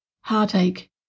heartache